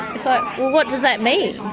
so well, what does that mean?